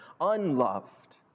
unloved